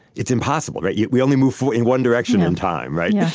it's impossible, right? yeah we only move forward, in one direction in time, right? yeah